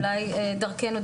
אולי דרכנו,